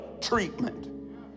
treatment